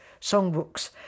Songbooks